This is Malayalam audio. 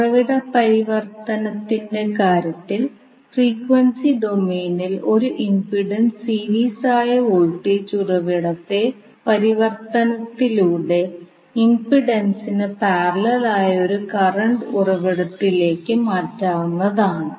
ഉറവിട പരിവർത്തനത്തിന്റെ കാര്യത്തിൽ ഫ്രീക്വൻസി ഡൊമെയ്നിൽ ഒരു ഇംപിഡൻസിന് സീരീസ് ആയ വോൾട്ടേജ് ഉറവിടത്തെ പരിവർത്തനത്തിലൂടെ ഇംപിഡൻസിന് പാരലൽ ആയ ഒരു കറണ്ട് ഉറവിടത്തിലേക്ക് മാറ്റാവുന്നതാണ്